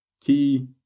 key